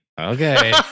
Okay